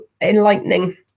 enlightening